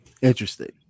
interesting